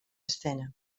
escena